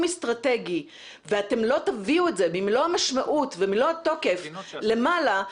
אסטרטגי ואתם לא תביאו את זה במלוא המשמעות ומלוא התוקף למעלה,